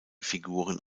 figuren